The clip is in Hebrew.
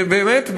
ובאמת,